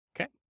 okay